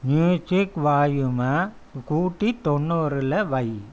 music வால்யூமை கூட்டி தொண்ணூறில் வை